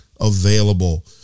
available